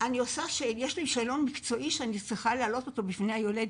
ויש לי שאלון מקצועי שאני צריכה להעלות אותו בפני היולדת.